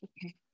okay